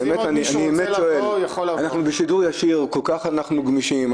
אנחנו בשידור ישיר ואנחנו כל כך גמישים.